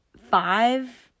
Five